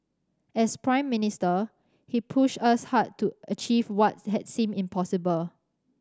as Prime Minister he pushed us hard to achieve what had seemed impossible